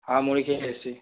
হ্যাঁ মুড়ি খেয়ে এসেছি